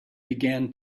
began